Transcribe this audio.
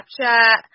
Snapchat